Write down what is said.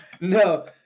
No